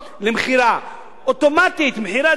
אוטומטית מחירי הדירות בשוק היו יורדים,